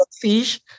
fish